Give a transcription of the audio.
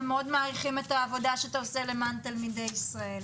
ומאוד מעריכים את העבודה שאתה עושה למען תלמידי ישראל.